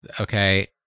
Okay